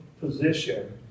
position